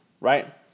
right